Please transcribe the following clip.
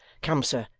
come, sir,